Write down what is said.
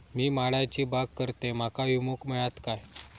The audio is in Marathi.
मी माडाची बाग करतंय माका विमो मिळात काय?